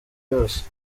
yose